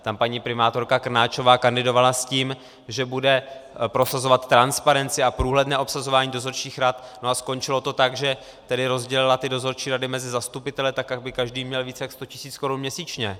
Tam paní primátorka Krnáčová kandidovala s tím, že bude prosazovat transparentnost a průhledné obsazování dozorčích rad, a skončilo to tak, že rozdělila ty dozorčí rady mezi zastupitele tak, aby každý měl víc jak 100 tisíc korun měsíčně.